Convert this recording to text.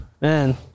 Man